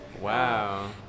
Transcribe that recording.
Wow